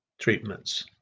treatments